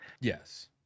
Yes